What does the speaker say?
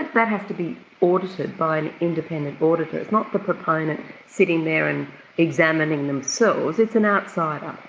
but that has to be audited by an independent auditor, it's not the proponent sitting there and examining themselves, it's an outsider.